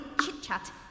chit-chat